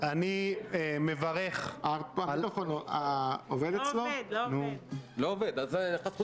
-- ואני אומר לכם שב- 1 ביולי, צר לי לאכזב אתכם